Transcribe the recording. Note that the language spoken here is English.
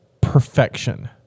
perfection